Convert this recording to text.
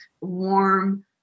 warm